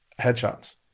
headshots